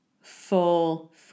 full